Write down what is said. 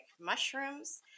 mushrooms